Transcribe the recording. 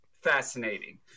Fascinating